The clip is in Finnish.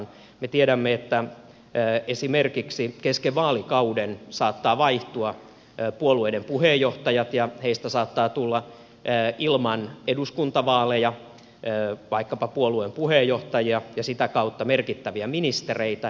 me tiedämme että esimerkiksi kesken vaalikauden saattavat vaihtua puolueiden puheenjohtajat ja heistä saattaa tulla ilman eduskuntavaaleja vaikkapa puolueen puheenjohtajia ja sitä kautta merkittäviä ministereitä